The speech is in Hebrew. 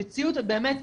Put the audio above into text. זה מציאות באמת גב',